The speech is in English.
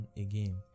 again